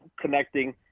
connecting